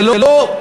זה לא,